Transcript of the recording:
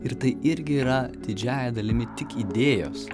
ir tai irgi yra didžiąja dalimi tik idėjos